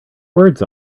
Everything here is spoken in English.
words